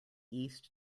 east